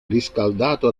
riscaldato